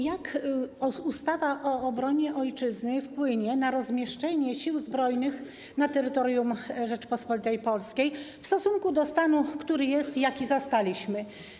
Jak ustawa o obronie Ojczyzny wpłynie na rozmieszczenie Sił Zbrojnych na terytorium Rzeczypospolitej Polskiej w stosunku do stanu, który jest i który zastaliśmy?